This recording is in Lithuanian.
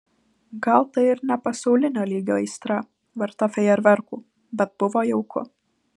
gal tai ir ne pasaulinio lygio aistra verta fejerverkų bet buvo jauku